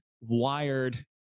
wired